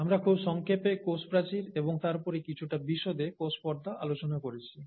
আমরা খুব সংক্ষেপে কোষ প্রাচীর এবং তারপরে কিছুটা বিশদে কোষ পর্দা আলোচনা করেছি